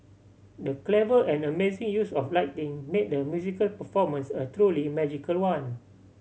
the clever and amazing use of lighting made the musical performance a truly magical one